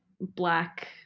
Black